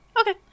Okay